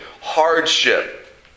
hardship